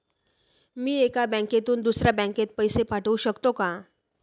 मी एका बँकेतून दुसऱ्या बँकेत पैसे पाठवू शकतो का?